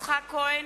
יצחק כהן,